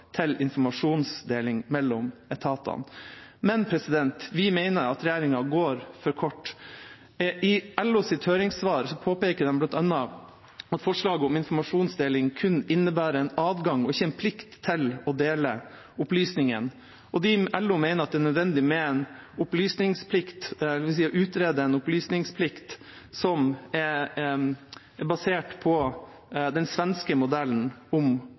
til informasjonsdeling mellom etatene. Men vi mener regjeringa går for kort. I LOs høringssvar påpeker de bl.a. at forslaget om informasjonsdeling kun innebærer en adgang og ikke en plikt til å dele opplysningene. LO mener det er nødvendig å utrede en opplysningsplikt som er basert på den svenske modellen om